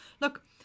Look